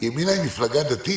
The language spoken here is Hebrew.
ימינה היא מפלגה דתית.